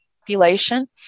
population